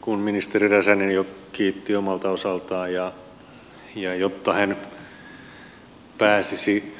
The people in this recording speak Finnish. kun ministeri räsänen jo kiitti omalta osaltaan ja jotta hän pääsisi